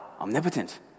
Omnipotent